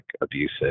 abusive